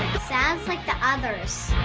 sounds like the others.